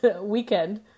weekend